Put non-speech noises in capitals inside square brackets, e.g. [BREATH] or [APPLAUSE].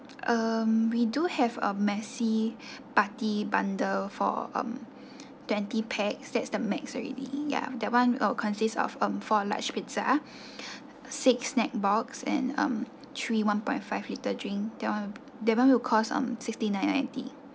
um we do have a messy [BREATH] party bundle for um twenty pax that's the max already ya that one uh consists of um four large pizza [BREATH] six snack box and um three one point five litre drink that one that one will cost um sixty nine ninety